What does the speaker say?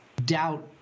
doubt